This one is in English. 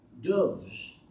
doves